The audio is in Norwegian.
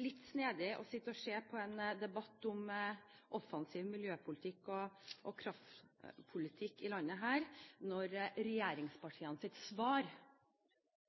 litt snodig å høre på en debatt om offensiv miljøpolitikk og kraftpolitikk i landet her, når regjeringspartienes svar